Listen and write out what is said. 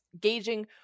gauging